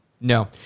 No